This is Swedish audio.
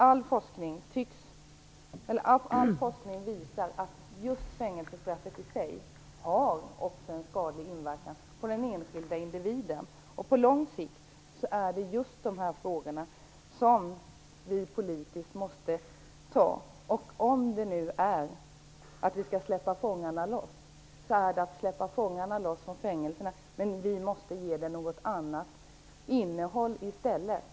All forskning visar att fängelsestraffet i sig också har en skadlig inverkan på den enskilda individen. På lång sikt är det just de frågorna som vi politiskt måste ta. Om det nu handlar om att "släppa fångarne loss" så gäller det att släppa fångarna loss från fängelserna. Vi måste i stället ge detta ett annat innehåll.